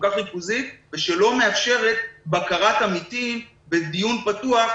כך ריכוזית ושלא מאפשרת בקרת עמיתים בדיון פתוח,